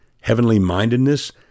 heavenly-mindedness